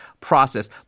process